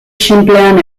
xinplean